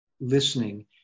listening